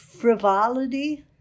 frivolity